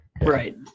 Right